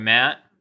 Matt